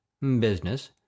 business